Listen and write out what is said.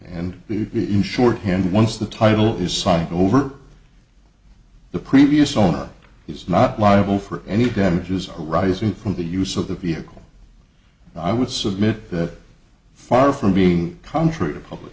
be in shorthand once the title is sunk over the previous owner is not liable for any damages or rising from the use of the vehicle i would submit that far from being contrary to public